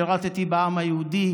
שירתי בעם היהודי,